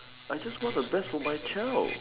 I just want the best for my child